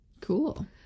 Cool